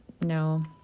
no